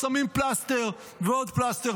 שמים פלסטר ועוד פלסטר,